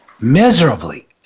miserably